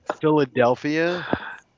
Philadelphia